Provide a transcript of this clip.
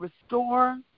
restore